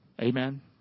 Amen